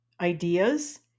ideas